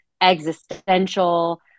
existential